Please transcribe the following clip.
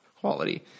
quality